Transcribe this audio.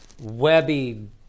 webby